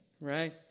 right